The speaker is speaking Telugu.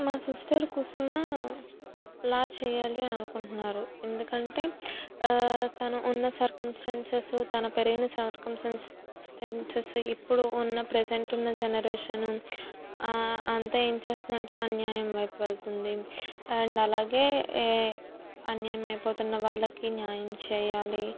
మా సిస్టర్ కుసుమ లా చెయ్యాలి అననుకుంటున్నారు ఎందుకంటే తను ఉన్న సర్కంస్టెన్సస్ తను పెరిగిన సర్కంస్టెన్సస్ ఇప్పుడు ఉన్న ప్రెసెంట్ ఉన్న జనరేషను అంతా ఏమి చేస్తుందంటే అన్యాయం వైపు వెళుతుంది అండ్ అలాగే ఏ అన్యాయం అయిపోతున్న వాళ్ళకి న్యాయం చెయ్యాలి